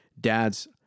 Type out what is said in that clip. dad's